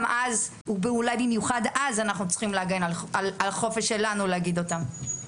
גם אז אולי במיוחד אז אנחנו צריכים להגן על החופש שלנו להגיד אותם.